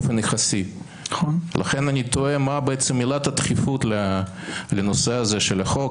לכן אני תוהה מה עילת הדחיפות לנושא הזה של החוק.